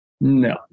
No